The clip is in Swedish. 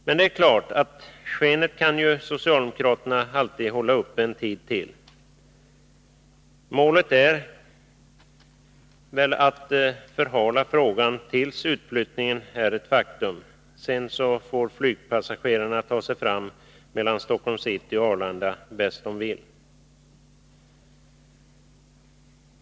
Men det är klart att skenet kan ju socialdemokraterna alltid hålla uppe en tid till. Målet är väl att förhala frågan tills utflyttningen är ett faktum — sedan får flygpassagerarna ta sig fram mellan Stockholms city och Arlanda bäst de vill.